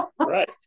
right